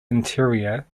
interior